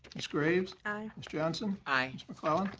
ms. graves. aye. ms. johnson. aye. ms. mcclellan.